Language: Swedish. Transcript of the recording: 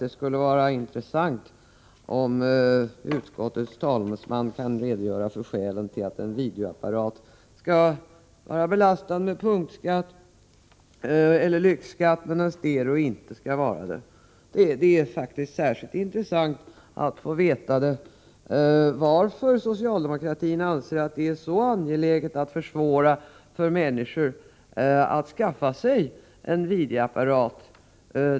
Det skulle vara intressant om utskottets talesman kunde redogöra för skälen till att en videoapparat skall vara belastad med punktskatt eller lyxskatt, medan en stereoapparat inte skall vara det. Det är faktiskt särskilt intressant att få veta varför socialdemokratin anser att det är så angeläget att försvåra för människor att skaffa sig en videoapparat.